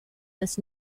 this